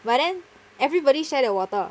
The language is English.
but then everybody share the water